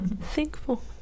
Thankful